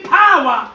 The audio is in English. power